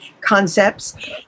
concepts